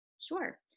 Sure